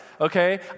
okay